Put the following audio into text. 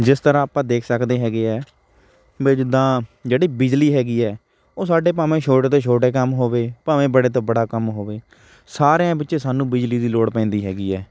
ਜਿਸ ਤਰ੍ਹਾਂ ਆਪਾਂ ਦੇਖ ਸਕਦੇ ਹੈਗੇ ਹੈ ਬਈ ਜਿੱਦਾਂ ਜਿਹੜੀ ਬਿਜਲੀ ਹੈਗੀ ਹੈ ਉਹ ਸਾਡੇ ਭਾਵੇਂ ਛੋਟੇ ਤੋਂ ਛੋਟੇ ਕੰਮ ਹੋਵੇ ਭਾਵੇਂ ਬੜੇ ਤੋਂ ਬੜਾ ਕੰਮ ਹੋਵੇ ਸਾਰਿਆਂ ਵਿੱਚ ਸਾਨੂੰ ਬਿਜਲੀ ਦੀ ਲੋੜ ਪੈਂਦੀ ਹੈਗੀ ਹੈ